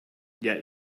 yet